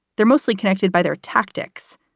they're mostly connected by their tactics.